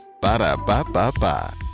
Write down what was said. Ba-da-ba-ba-ba